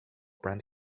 brant